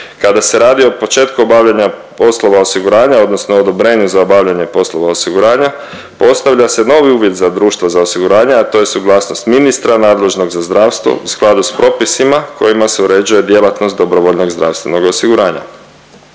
Kada se radi o početku obavljanja poslova osiguranja odnosno odobrenje za obavljanje poslova osiguranja postavlja se novi uvjet za društvo za osiguranje, a to je suglasnost ministra nadležnog za zdravstvo u skladu s propisima kojima se uređuje djelatnost dobrovoljnog zdravstvenog osiguranja.